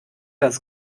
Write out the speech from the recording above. das